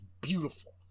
beautiful